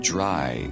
Dry